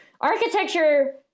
Architecture